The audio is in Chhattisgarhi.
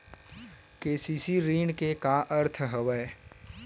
के.सी.सी ऋण के का अर्थ हवय?